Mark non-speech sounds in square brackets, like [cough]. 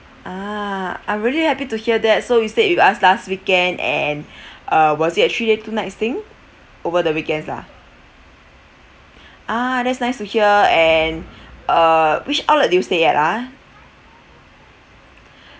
ah I'm really happy to hear that so you stayed with us last weekend and [breath] uh was it a three day two nights thing over the weekends lah ah that's nice to hear and [breath] uh which outlet did you stay at ah